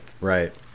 right